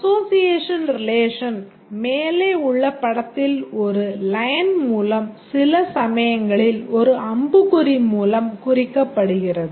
Association relation மேலே உள்ள படத்தில் ஒரு line மூலம் சில சமயங்களில் ஒரு அம்புக்குறி மூலம் குறிக்கப்படுகிறது